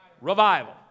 Revival